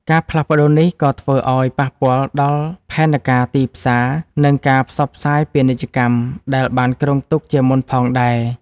ការផ្លាស់ប្តូរនេះក៏ធ្វើឱ្យប៉ះពាល់ដល់ផែនការទីផ្សារ និងការផ្សព្វផ្សាយពាណិជ្ជកម្មដែលបានគ្រោងទុកជាមុនផងដែរ។